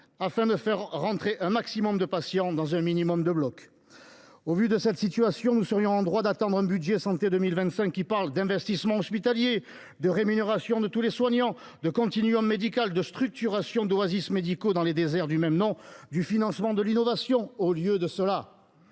afin de faire entrer un maximum de patients dans un minimum de blocs. Face à une telle situation, nous serions en droit d’attendre un budget de la santé pour 2025 qui mette l’accent sur l’investissement hospitalier, la rémunération de l’ensemble des soignants, le continuum médical, la structuration d’oasis médicales dans les déserts du même nom et le financement de l’innovation. Au lieu de cela